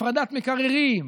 הפרדת מקררים,